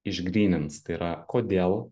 išgrynins tai yra kodėl